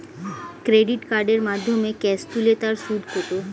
Credit কার্ডের মাধ্যমে cash তুলে তার সুদ কত?